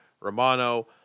Romano